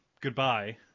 goodbye